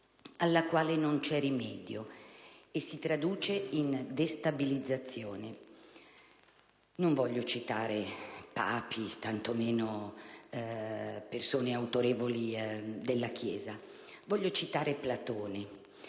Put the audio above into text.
alla quale non c'è rimedio e si traduce in destabilizzazione. Non voglio citare papi e tanto meno persone autorevoli della Chiesa, voglio citare Platone